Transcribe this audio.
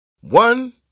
One